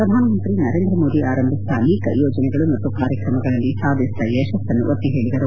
ಪ್ರಧಾನ ಮಂತ್ರಿ ನರೇಂದ್ರ ಮೋದಿ ಆರಂಭಿಸಿದ ಅನೇಕ ಯೋಜನೆಗಳು ಮತ್ತು ಕಾರ್ಯಕ್ರಮಗಳಲ್ಲಿ ಸಾಧಿಸಿದ ಯಶಸ್ಸನ್ನು ಒತ್ತಿ ಹೇಳಿದರು